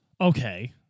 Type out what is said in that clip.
Okay